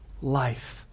life